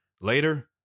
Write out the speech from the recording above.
Later